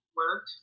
work